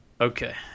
Okay